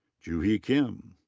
joohee kim.